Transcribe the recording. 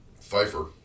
Pfeiffer